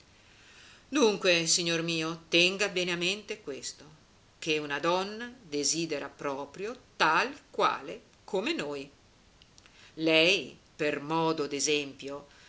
dunque signor mio tenga bene a mente questo che una donna desidera proprio tal quale come noi lei per modo